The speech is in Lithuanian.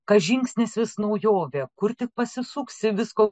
kas žingsnis vis naujovė kur tik pasisuksi visko